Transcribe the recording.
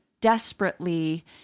desperately